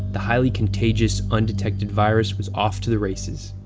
the highly contagious, undetected virus was off to the races.